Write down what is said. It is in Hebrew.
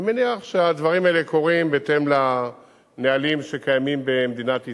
אני מניח שהדברים האלה קורים בהתאם לנהלים שקיימים במדינת ישראל.